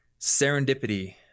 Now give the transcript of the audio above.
serendipity